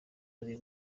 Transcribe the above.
ari